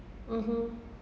(uh huh)